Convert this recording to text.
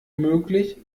möglich